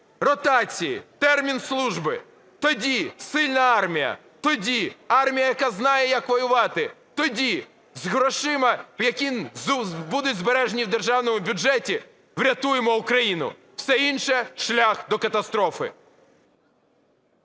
ротації, термін служби. Тоді сильна армія, тоді армія, яка знає, як воювати. Тоді з грошима, які будуть збережені в державному бюджеті, врятуємо Україну. Все інше – шлях до катастрофи.